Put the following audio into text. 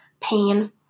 pain